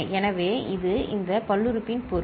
எனவே இது இந்த பல்லுறுப்புறுப்பின் பொருள்